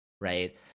right